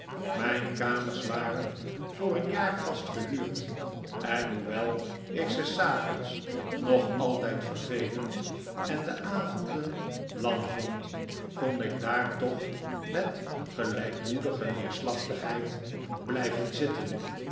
mijn kamers waren voor een jaar vast gehuurd en hoewel ik ze s avonds nog altijd vervelend en de avonden lang vond kon ik daar toch met gelijkmoedige neerslachtigheid blijven zitten